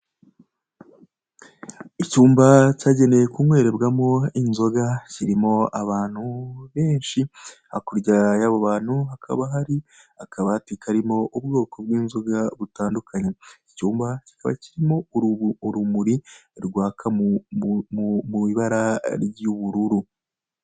Icyumba cyagenewe kunywererwamo inzoga kirimo abantu benshi, hakurya y'abo bantu hakaba hari akabati karimo ubwoko bw'inzoga butandukanye, icyumba kikaba kirimo urumuri rwaka mu ibara ry'ubururu.